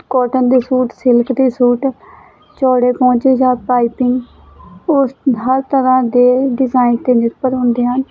cotton ਦੇ suit silk ਦੇ suit ਚੌੜੇ ਪੋਂਚੇ ਜਾਂ ਪਾਈਪਿੰਗ ਉਸ ਹਰ ਤਰ੍ਹਾਂ ਦੇ ਡਿਜ਼ਾਇਨ 'ਤੇ ਨਿਰਭਰ ਹੁੰਦੇ ਹਨ